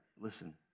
Listen